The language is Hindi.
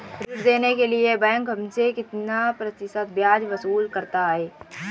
ऋण देने के लिए बैंक हमसे कितना प्रतिशत ब्याज वसूल करता है?